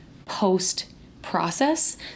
post-process